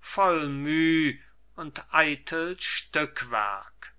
voll müh und eitel stückwerk